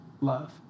love